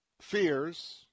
fears